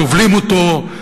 כובלים אותו,